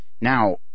Now